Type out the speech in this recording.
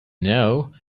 know